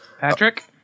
Patrick